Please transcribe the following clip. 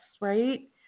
right